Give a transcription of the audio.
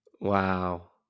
Wow